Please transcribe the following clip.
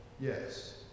Yes